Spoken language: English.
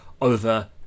over